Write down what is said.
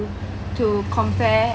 to compare